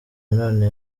nanone